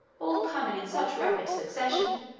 all coming in such rapid succession,